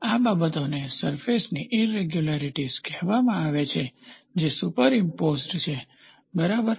આ બાબતોને સરફેસની ઈરેગ્યુલારીટીઝ કહેવામાં આવે છે જે સુપરઈમ્પોઝ્ડ છે બરાબર